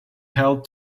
held